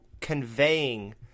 conveying